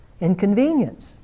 inconvenience